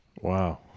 wow